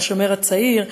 של השומר הצעיר,